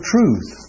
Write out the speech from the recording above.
Truth